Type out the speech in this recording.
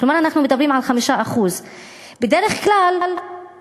כלומר אנחנו מדברים על 5%. בדרך כלל אומרים